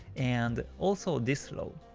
and also this low.